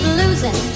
losing